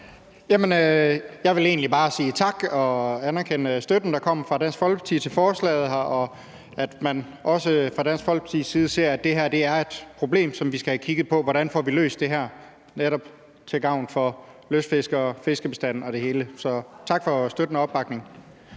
Jeg vil egentlig bare sige tak til Dansk Folkeparti for støtten til forslaget og for, at man også fra Dansk Folkepartis side ser, at det her er et problem, vi skal have kigget på, altså hvordan vi får løst det her til gavn for lystfiskere, fiskebestanden og andre. Så tak for støtten og opbakningen.